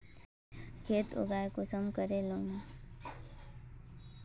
खेत उगोहो के कटाई में कुंसम करे लेमु?